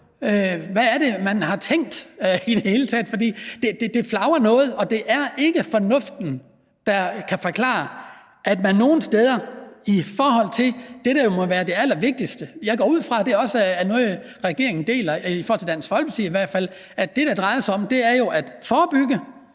Hvad er det, man har tænkt i det hele taget, fordi det flagrer noget? Og det er ikke fornuften, der kan forklare det i forhold til det, der jo må være det allervigtigste. Jeg går ud fra, at det også er noget, regeringen i hvert fald deler med Dansk Folkeparti. Det, det drejer sig om, er jo at forebygge